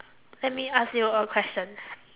let me ask you a question